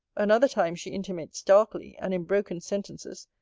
another time she intimates darkly, and in broken sentences,